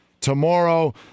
tomorrow